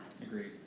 Agreed